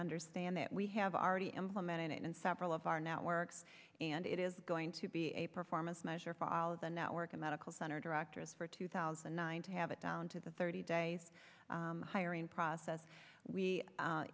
understand that we have already implemented it in several of our networks and it is going to be a performance measure follow the network of medical center directors for two thousand and nine to have it down to the thirty days hiring process we